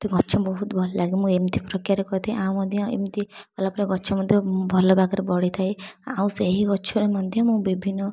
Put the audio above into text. ମୋତେ ଗଛ ବହୁତ ଭଲ ଲାଗେ ମୁଁ ଏମିତି ପ୍ରକ୍ରିୟାରେ କରିଥାଏ ଆଉ ମଧ୍ୟ ଏମିତି କଲା ପରେ ଗଛ ମଧ୍ୟ ଭଲ ବାଗରେ ବଢ଼ିଥାଏ ଆଉ ସେହି ଗଛରେ ମଧ୍ୟ ମୁଁ ବିଭିନ୍ନ